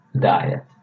Diet